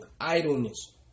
idleness